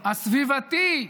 הסביבתי.